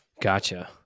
Gotcha